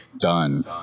done